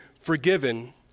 forgiven